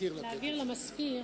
להעביר למזכיר,